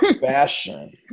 Fashion